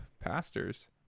pastors